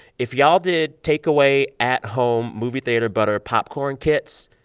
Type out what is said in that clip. if you all did take-away at-home movie theater butter popcorn kits,